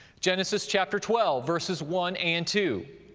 genesis, chapter twelve, verses one and two.